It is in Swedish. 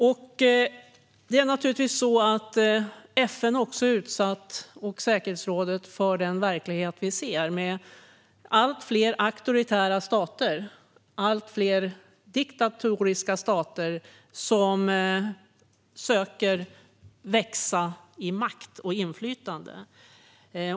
FN och säkerhetsrådet är utsatt för den verklighet vi ser med allt fler auktoritära och diktatoriska stater som söker växa i makt och inflytande.